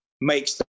makes